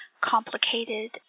complicated